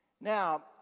Now